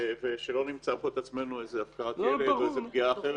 כדי שלא נמצא את עצמנו עם הפקרת ילד או משהו אחר